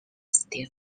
still